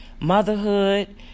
motherhood